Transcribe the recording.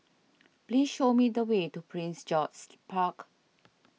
please show me the way to Prince George's Park